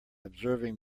observing